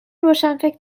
روشنفکر